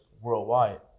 worldwide